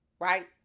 Right